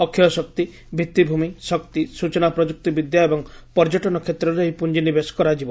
ଅକ୍ଷୟଶକ୍ତି ଭିଭିଭୂମି ଶକ୍ତି ସୂଚନା ପ୍ରଯୁକ୍ତିବିଦ୍ୟା ଏବଂ ପର୍ଯ୍ୟଟନ କ୍ଷେତ୍ରରେ ଏହି ପୁଞ୍ଜି ନିବେଶ କରାଯିବ